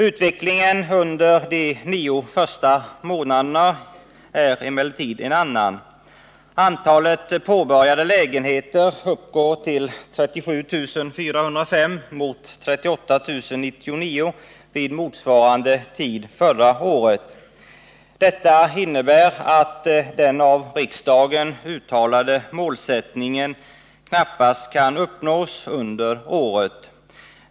Utvecklingen under de nio första månaderna är emellertid en annan. Antalet påbörjade lägenheter uppgår till 37 405 mot 38 099 vid motsvarande tid förra året. Detta innebär att den av riksdagen uttalade målsättningen knappast kan uppnås under året.